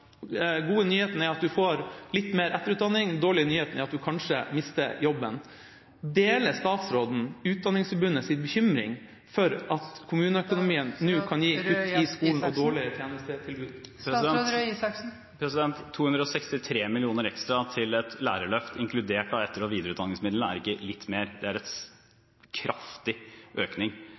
du får litt mer etterutdanning; den dårlige nyheten er at du kanskje mister jobben. Deler statsråden Utdanningsforbundets bekymring for at kommuneøkonomien nå kan gi kutt i skolen og dårligere tjenestetilbud? 263 mill. kr ekstra til et lærerløft, inkludert etter- og videreutdanningsmidlene, er ikke litt mer. Det er en kraftig økning.